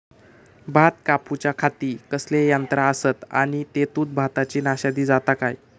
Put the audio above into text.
भात कापूच्या खाती कसले यांत्रा आसत आणि तेतुत भाताची नाशादी जाता काय?